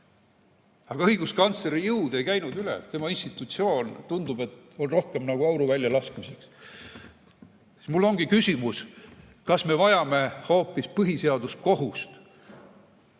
Aga õiguskantsleri jõud ei käinud üle, tema institutsioon, tundub, on rohkem nagu auru välja laskmiseks. Mul ongi küsimus: kas me vajame hoopis põhiseaduskohust?